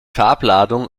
farbladung